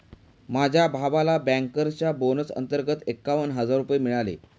माझ्या भावाला बँकर्सच्या बोनस अंतर्गत एकावन्न हजार रुपये मिळाले